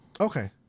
Okay